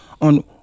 on